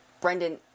Brendan